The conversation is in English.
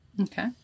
Okay